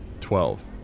Twelve